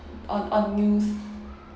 on on news